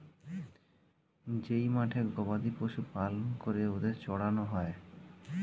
যেই মাঠে গবাদি পশু পালন করে ওদের চড়ানো হয়